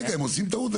רגע, הם עושים טעות.